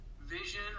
vision